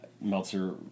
Meltzer